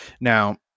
now